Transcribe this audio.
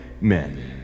men